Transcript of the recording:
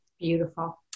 Beautiful